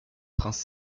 prince